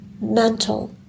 mental